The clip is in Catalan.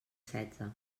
setze